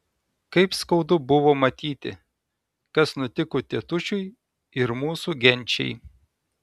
kaip skaudu buvo matyti kas nutiko tėtušiui ir mūsų genčiai